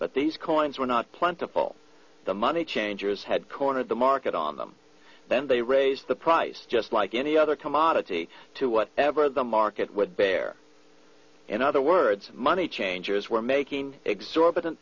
but these coins were not plentiful the money changers had cornered the market on them then they raise the price just like any other commodity to what ever the market would bear in other words money changers were making exorbitant